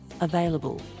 available